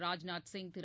Rajnath Singh Thiru